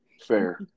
Fair